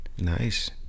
Nice